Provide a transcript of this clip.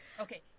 Okay